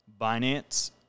Binance